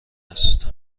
است